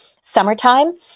Summertime